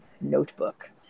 notebook